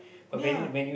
ya